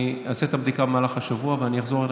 אני אעשה את הבדיקה במהלך השבוע ואני אחזור אלייך.